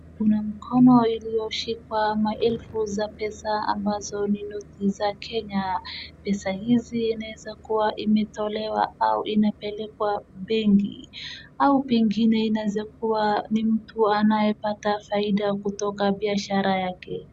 Kuna mkono iliyoshika maelfu za pesa ambazo ni noti za kenya, pesa hizi inaweza kuwa imetolewa au inapelekwa benki au pengine inaweza kuwa ni mtu anayepata faida kutoka biashara yake.